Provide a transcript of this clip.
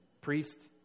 priest